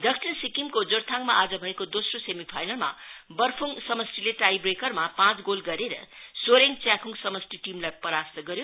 दक्षिण सिक्किमको जोरथाङमा आज भएको दोस्रो सेमी फाईनलमा बर्फुङ्ग समष्टिले टाइ ब्रोकर मा पाँच गोल गरेर सोरेङ च्याखुङ समष्टि टीमलाई परास्त गर्यो